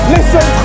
Listen